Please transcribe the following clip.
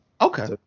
Okay